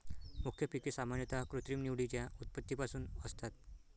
मुख्य पिके सामान्यतः कृत्रिम निवडीच्या उत्पत्तीपासून असतात